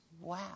wow